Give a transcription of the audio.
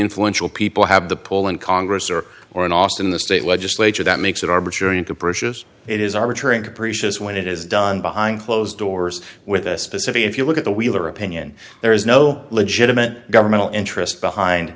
influential people have the pull in congress or or in austin the state legislature that makes it arbitrary and capricious it is arbitrary and capricious when it is done behind closed doors with a specific if you look at the wheeler opinion there is no legitimate governmental interest behind